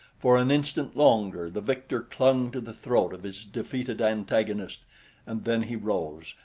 for an instant longer the victor clung to the throat of his defeated antagonist and then he rose,